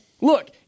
look